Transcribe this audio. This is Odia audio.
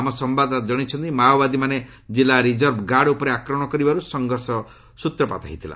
ଆମ ସମ୍ଭାଦଦାତା ଜଣାଇଛନ୍ତି ମାଓବାଦୀମାନେ କିଲ୍ଲା ରିଜର୍ଭ ଗାର୍ଡ଼ ଉପରେ ଆକ୍ରମଣ କରିବାର୍ତ ସଂଘର୍ଷ ଆରମ୍ଭ ହୋଇଥିଲା